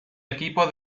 equipo